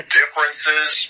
differences